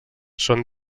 són